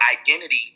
identity